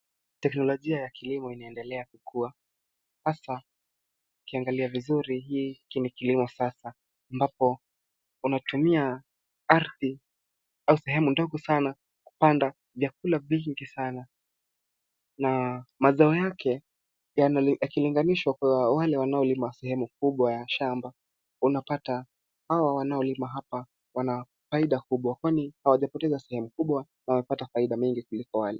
Teknolojia ya kilimo inaendelea kukua, hasa kiangalia vizuri hiiki ni kilimo a sasa ambapo wanatumia ardhi au sehemu ndogo sana kupanda vyakula vingi sana. Na mazao yake yana yakilinganishwa kwa wale wanaolima sehemu kubwa ya shamba. Unapata hao wanaolima hapa wana faida kubwa kwani hawajapoteza sehemu kubwa na apata faida mingi kuliko wale..